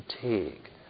fatigue